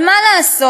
אבל מה לעשות,